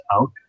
out